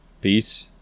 Peace